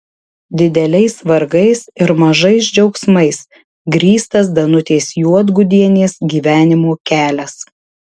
dideliais vargais ir mažais džiaugsmais grįstas danutės juodgudienės gyvenimo kelias